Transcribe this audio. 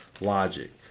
logic